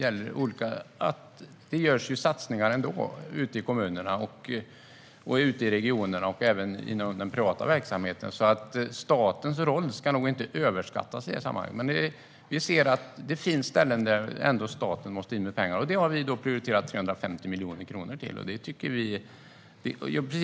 Det görs satsningar ändå ute i kommunerna, i regionerna och inom den privata verksamheten. Statens roll ska alltså inte överskattas i sammanhanget. Men det finns ställen där staten måste gå in med pengar. Och det har vi prioriterat 350 miljoner kronor för.